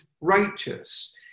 righteous